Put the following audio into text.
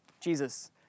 Jesus